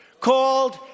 called